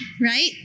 right